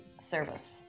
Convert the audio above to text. service